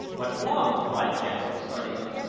what's wrong? cried jack, starting up.